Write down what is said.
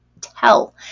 tell